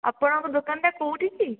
ଆପଣଙ୍କ ଦୋକାନଟା କେଉଁଠିକି